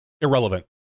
Irrelevant